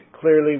Clearly